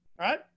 right